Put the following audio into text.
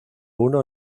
uno